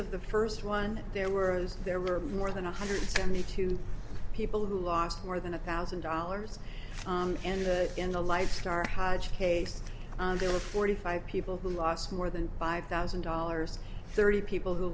of the first one there were there were more than a hundred and eighty two people who lost more than a thousand dollars in that in the lifestar hyde's case there were forty five people who lost more than five thousand dollars thirty people who